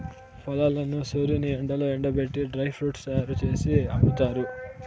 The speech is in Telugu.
ఫలాలను సూర్యుని ఎండలో ఎండబెట్టి డ్రై ఫ్రూట్స్ తయ్యారు జేసి అమ్ముతారు